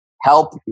help